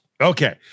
Okay